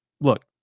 look